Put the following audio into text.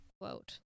quote